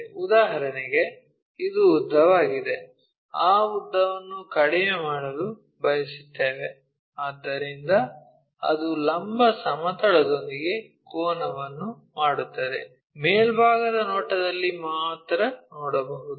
ಉದಾಹರಣೆಗೆ ಇದು ಉದ್ದವಾಗಿದೆ ಆ ಉದ್ದವನ್ನು ಕಡಿಮೆ ಮಾಡಲು ಬಯಸುತ್ತೇವೆ ಆದ್ದರಿಂದ ಅದು ಲಂಬ ಸಮತಲದೊಂದಿಗೆ ಕೋನವನ್ನು ಮಾಡುತ್ತದೆ ಮೇಲ್ಭಾಗದ ನೋಟದಲ್ಲಿ ಮಾತ್ರ ನೋಡಬಹುದು